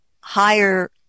higher